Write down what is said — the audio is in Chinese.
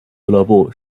俱乐部